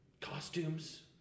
costumes